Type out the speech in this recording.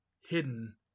hidden